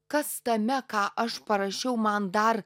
kas tame ką aš parašiau man dar